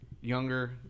younger